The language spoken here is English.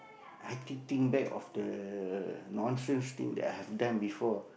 I actually think back of the nonsense thing that I have done before